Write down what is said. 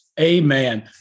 Amen